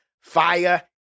fire